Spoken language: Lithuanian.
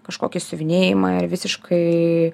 kažkokį siuvinėjimą ir visiškai